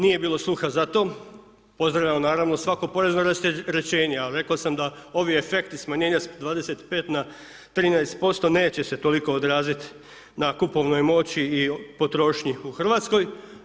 Nije bilo sluha za to, pozdravljamo naravno svako porezno rasterećenje ali rekao sam da ovi efekti smanjenja sa 25 na 13% neće se toliko odraziti na kupovnoj moći i potrošnji u Hrvatskoj.